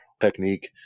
technique